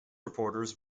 reporters